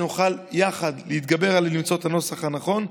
כדי שנוכל יחד להתגבר ולמצוא את הנוסח הנכון,